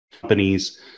companies